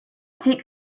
take